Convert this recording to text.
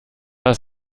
lass